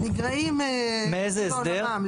מאיזה הסדר?